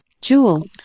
Jewel